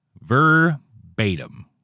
verbatim